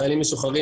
חיילים משוחררים,